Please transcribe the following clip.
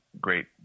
great